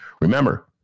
Remember